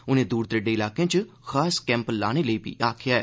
उने दूर दरेडे इलाके च खास कैंप लाने लेई बी आखेआ ऐ